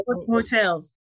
hotels